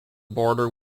border